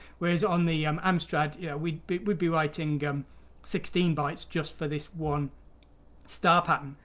whereas on the um amstrad yeah we would be writing um sixteen bytes just for this one star pattern,